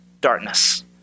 darkness